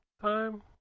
time